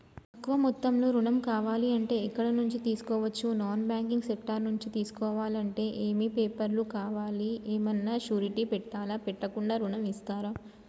తక్కువ మొత్తంలో ఋణం కావాలి అంటే ఎక్కడి నుంచి తీసుకోవచ్చు? నాన్ బ్యాంకింగ్ సెక్టార్ నుంచి తీసుకోవాలంటే ఏమి పేపర్ లు కావాలి? ఏమన్నా షూరిటీ పెట్టాలా? పెట్టకుండా ఋణం ఇస్తరా?